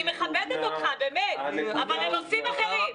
אני מכבדת אותך, באמת, אבל לנושאים אחרים.